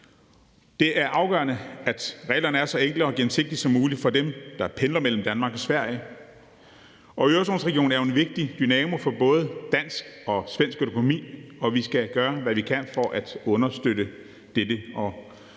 Det er afgørende, at reglerne er så enkle og gennemsigtige som muligt for dem, der pendler mellem Danmark og Sverige. Øresundsregionen er en vigtig dynamo for både dansk og svensk økonomi, og vi skal gøre, hvad vi kan, for at understøtte dette.